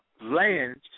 lands